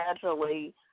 Gradually